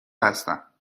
هستم